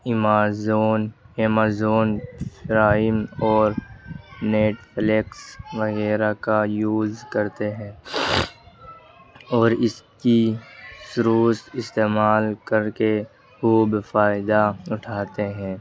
Amazon Amazon prime اور Netflix وغیرہ کا یوز کرتے ہیں اور اس کی سروس استعمال کر کے خوب فائدہ اٹھاتے ہیں